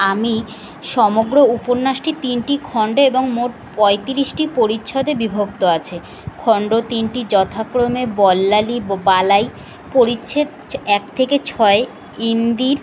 আমি সমগ্র উপন্যাসটি তিনটি খন্ডে এবং মোট পঁয়তিরিশটি পরিচ্ছদে বিভক্ত আছে খন্ড তিনটি যথাক্রমে বল্লালি বালাই পরিচ্ছেদ এক থেকে ছয় ইন্দির